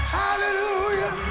hallelujah